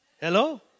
Hello